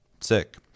Sick